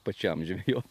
pačiam žvejot